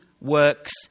works